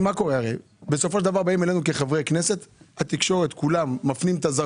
אולי 20,000 שקל בנטו.